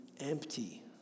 empty